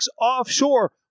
offshore